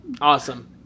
Awesome